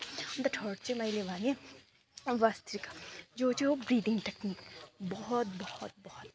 अन्त थर्ड चाहिँ मैले भनेँ भस्त्रिका जो चाहिँ हो ब्रिदिङ टेक्निक बहुत बहुत बहुत